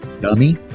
dummy